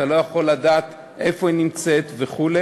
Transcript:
אתה לא יכול לדעת איפה היא נמצאת וכו'.